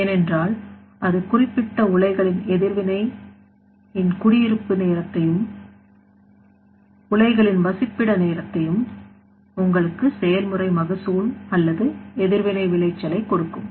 ஏனென்றால் அது குறிப்பிட்ட உலைகளின் எதிர்வினை என் குடியிருப்பு நேரத்தையும் முலைகளின் வசிப்பிட நேரத்தையும் உங்களுக்கு செயல்முறை மகசூல் அல்லது எதிர்வினை விளைச்சலை கொடுக்கும்